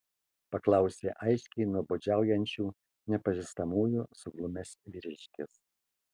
paklausė aiškiai nuobodžiaujančių nepažįstamųjų suglumęs vyriškis